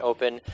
Open